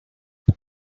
that